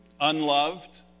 unloved